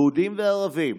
יהודים וערבים,